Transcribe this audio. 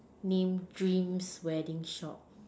name dreams wedding shop